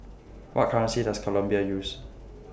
What currency Does Colombia use